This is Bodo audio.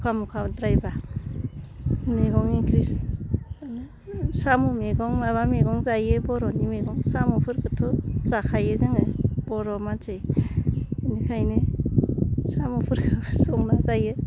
अखा मुखा द्रायबा मैगं ओंख्रि साम' मेगं माबा मेगं जायो बर'नि मैगं साम'फोरखौथ' जाखायो जोङो बर' मानसि बिनिखायनो साम'फोरखौ संना जायो